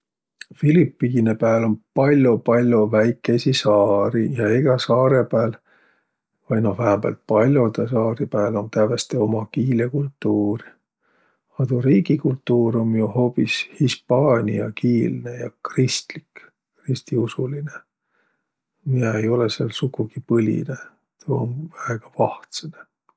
Filipiine pääl um pall'o-pall'o väikeisi saari. Ja egä saarõ pääl, vai noh, vähämbält pall'odõ saari pääl, um tävveste uma kiil ja kultuur. A tuu riigikultuur um jo hoobis hispaaniakiilne ja kristlik, ristiusolinõ, miä ei olõq sääl sukugi põlinõ. Tuu um väega vahtsõnõ.